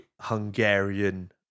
Hungarian